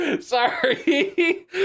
Sorry